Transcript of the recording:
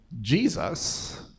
Jesus